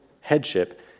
headship